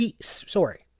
Sorry